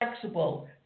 flexible